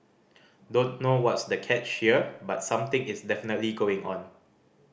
don't know what's the catch here but something is definitely going on